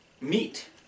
meat